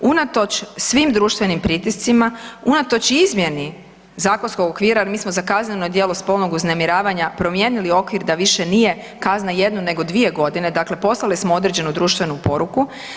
Unatoč svim društvenim pritiscima, unatoč izmjeni zakonskog okvira mi smo za kazneno djelo spolnog uznemiravanja promijenili okvir da više nije kazna jedno nego 2.g., dakle poslali smo određenu društvenu poruku.